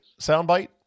soundbite